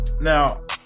now